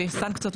ויש סנקציות.